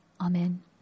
Amen